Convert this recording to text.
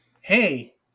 Hey